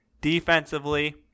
Defensively